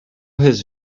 his